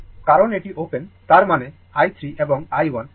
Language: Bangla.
কারণ এটি ওপেন তার মানে i 3 এবং i 1